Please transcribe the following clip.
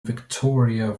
victoria